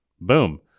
Boom